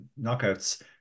knockouts